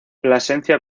plasencia